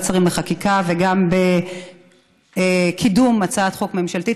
השרים לחקיקה וגם בקידום הצעת חוק ממשלתית.